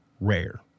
rare